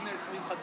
הנה, 20 חתימות.